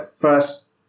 first